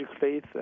faith